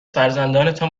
فرزندانتان